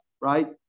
right